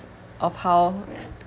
of how